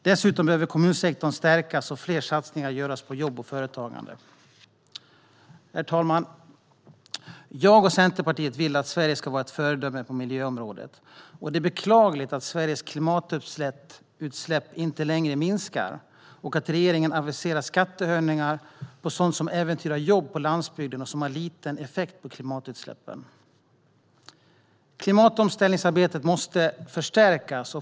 Dessutom behöver kommunsektorn stärkas och fler satsningar göras på jobb och företagande. Herr talman! Jag och Centerpartiet vill att Sverige ska vara ett föredöme på miljöområdet. Det är beklagligt att Sveriges klimatutsläpp inte längre minskar och att regeringen aviserar skattehöjningar på sådant som äventyrar jobb på landsbygden och som har liten effekt på klimatutsläppen. Klimatomställningsarbetet måste förstärkas.